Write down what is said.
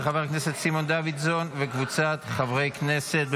של חבר הכנסת סימון דוידסון וקבוצת חברי כנסת.